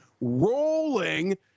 rolling –